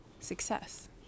success